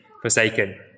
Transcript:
forsaken